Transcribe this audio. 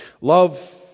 Love